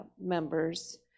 members